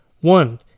One